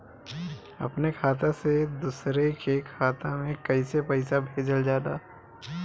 अपने खाता से दूसरे के खाता में कईसे पैसा भेजल जाला?